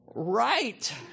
Right